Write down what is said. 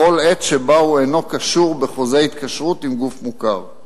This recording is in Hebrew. בכל עת שבה הוא אינו קשור בחוזה התקשרות עם גוף מוכר.